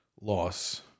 loss